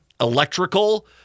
electrical